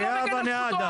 אתה לא מגן על זכותו,